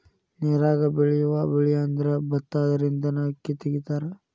ನೇರಾಗ ಬೆಳಿಯುವ ಬೆಳಿಅಂದ್ರ ಬತ್ತಾ ಅದರಿಂದನ ಅಕ್ಕಿ ತಗಿತಾರ